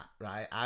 right